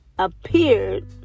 Appeared